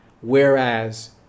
Whereas